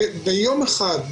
וביום אחד,